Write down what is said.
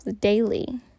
daily